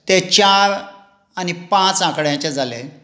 ते चार आनी पांच आंकड्यांचे जाले